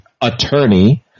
attorney